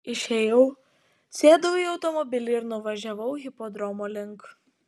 išėjau sėdau į automobilį ir nuvažiavau hipodromo link